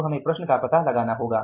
तो हमें प्रश्न का पता लगाना होगा